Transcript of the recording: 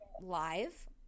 live